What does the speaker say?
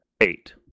eight